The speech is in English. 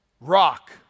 rock